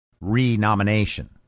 re-nomination